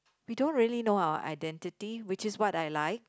we don't really know our identity which is what I like